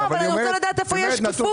לא, אני רוצה לדעת איפה יש שקיפות.